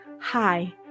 Hi